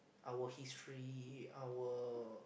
our history our